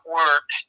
work